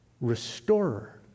restorer